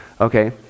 Okay